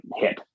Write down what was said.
hit